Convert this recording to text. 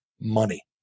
money